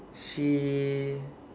she